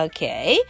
Okay